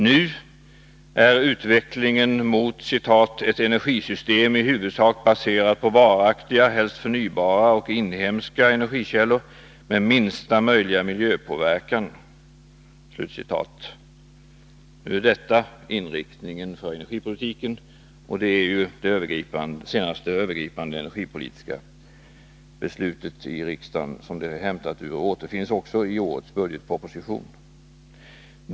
Nu är utvecklingen inriktad på ”ett energisystem i huvudsak baserat på varaktiga, helst förnybara och inhemska energikällor med minsta möjliga miljöpåverkan”. Citatet är hämtat ur det senaste övergripande energipolitiska beslutet i riksdagen, och det återfinns också i årets budgetproposition.